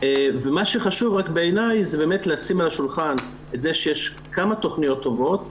ומה שחשוב בעיני זה באמת לשים על השולחן את זה שיש כמה תוכניות טובות,